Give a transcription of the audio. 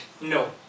No